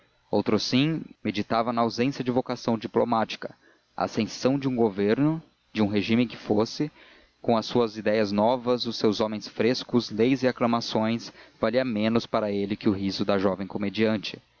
andando outrossim meditava na ausência de vocação diplomática a ascensão de um governo de um regímen que fosse com as suas ideias novas os seus homens frescos leis e aclamações valia menos para ele que o riso da jovem comediante